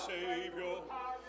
Savior